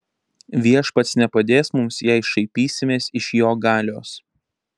viešpats nepadės mums jei šaipysimės iš jo galios